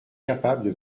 capable